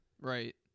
Right